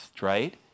right